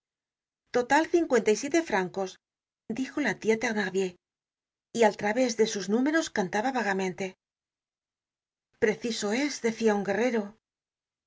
total cincuenta y siete francos dijo la tia thenardier y al través de sus números cantaba vagamente preciso os decía un guerrero